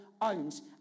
owns